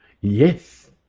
Yes